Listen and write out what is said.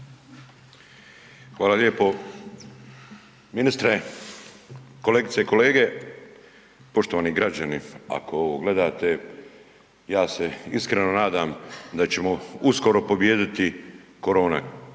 Hvala lijepo. Ministre, kolegice i kolege, poštovani građani, ako ovo gledate, ja se iskreno nadam da ćemo uskoro pobijediti koronavirus,